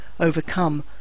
overcome